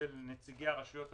של נציגי הרשויות המקומיות,